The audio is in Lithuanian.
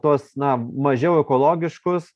tuos na mažiau ekologiškus